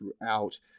throughout